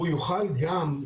הוא יוכל גם,